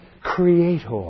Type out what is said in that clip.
Creator